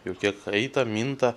jau kiek eita minta